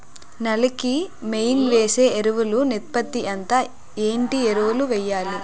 నేల కి మెయిన్ వేసే ఎరువులు నిష్పత్తి ఎంత? ఏంటి ఎరువుల వేయాలి?